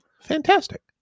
fantastic